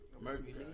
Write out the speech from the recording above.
Murphy